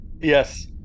Yes